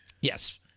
Yes